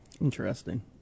Interesting